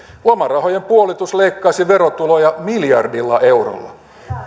lomarahojen puolitus leikkaisi verotuloja miljardilla eurolla